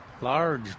large